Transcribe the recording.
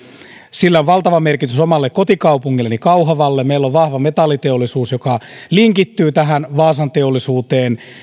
sillä on valtava merkitys omalle kotikaupungilleni kauhavalle meillä on vahva metalliteollisuus joka linkittyy tähän vaasan teollisuuteen